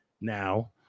now